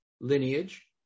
lineage